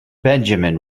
benjamin